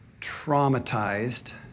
traumatized